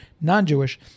non-Jewish